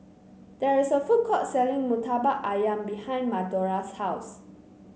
there is a food court selling Murtabak ayam behind Madora's house